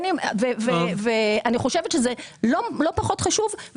אני חושבת שזה לא פחות חשוב,